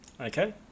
Okay